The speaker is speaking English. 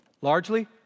Largely